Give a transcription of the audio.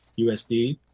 usd